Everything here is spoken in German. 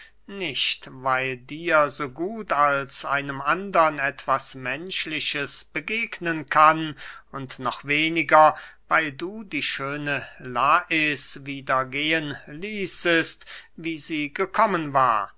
nicht weil dir so gut als einem andern etwas menschliches begegnen kann und noch weniger weil du die schöne lais wieder gehen ließest wie sie gekommen war